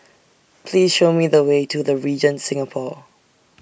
Please Show Me The Way to The Regent Singapore